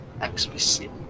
explicit